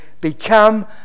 become